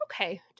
okay